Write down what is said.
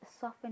soften